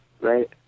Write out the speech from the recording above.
right